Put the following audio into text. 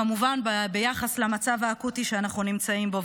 כמובן ביחס למצב האקוטי שאנחנו נמצאים בו.